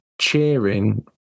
cheering